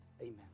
amen